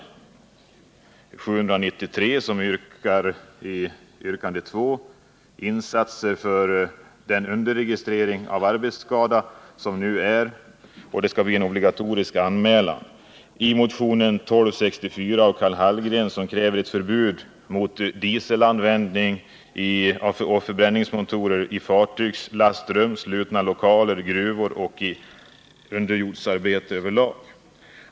Vi föreslår i motionen 793, yrkandet 2, insatser mot den underregistrering av arbetsskada som nu förekommer och att det skall vara obligatorisk anmälan. I motionen 1264 av Karl Hallgren m.fl. krävs ett förbud mot användning av dieseloch andra förbränningsmotorer i fartygslastrum, slutna lokaler, gruvor och vid underjordsarbeten över lag.